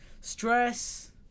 stress